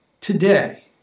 Today